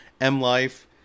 M-Life